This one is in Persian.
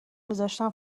میذاشتم